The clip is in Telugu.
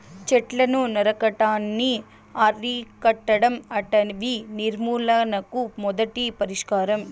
చెట్లను నరకటాన్ని అరికట్టడం అటవీ నిర్మూలనకు మొదటి పరిష్కారం